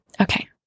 Okay